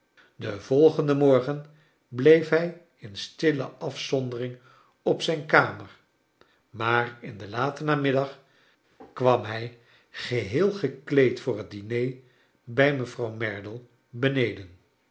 den volgenden morgen bleef hij in stille afzondering op zijn kamer maar in den laten namiddag kwam hij geheel gekleed voor het diner bij mevrouw merdle beneden